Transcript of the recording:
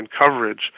coverage